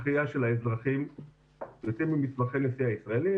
ואפילו כל השופטים הציעו לנציגי הליכוד: חבל על הזמן של הטיעונים האלה.